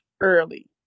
early